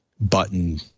button